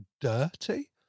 dirty